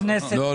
לא,